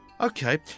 Okay